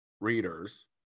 readers